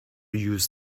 use